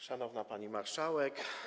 Szanowna Pani Marszałek!